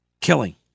killing